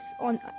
on